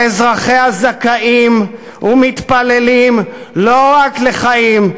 שאזרחיה זכאים ומתפללים לא רק לחיים,